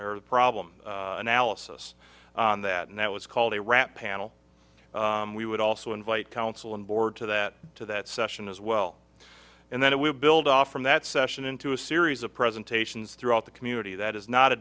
or the problem analysis on that and that was called a wrap panel we would also invite counsel and board to that to that session as well and then it will build off from that session into a series of presentations throughout the community that is not a